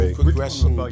progression